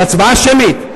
זו הצבעה שמית.